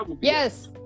Yes